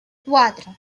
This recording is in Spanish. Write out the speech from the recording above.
cuatro